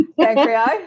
Pancreas